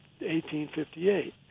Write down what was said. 1858